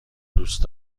دوست